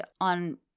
on